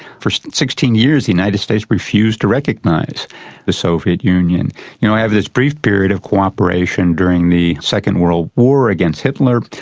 for sixteen years the united states refused to recognise the soviet union. they you know have this brief period of cooperation during the second world war against hitler.